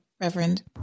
Reverend